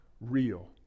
Real